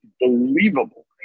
believable